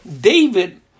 David